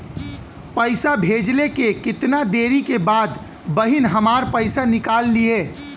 पैसा भेजले के कितना देरी के बाद बहिन हमार पैसा निकाल लिहे?